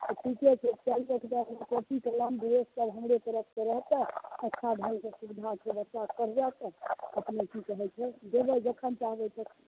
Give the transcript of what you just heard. तऽ ठीके छै दए दबै कॉपी कलम ड्रेस सभ हमरे तरफ सँ रहतै अच्छा ढंगके सुबिधा छै बच्चाके पढ़बैके अपने की कहै छै जेबै जखन चाहबै तखन